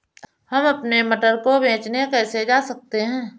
हम अपने मटर को बेचने कैसे जा सकते हैं?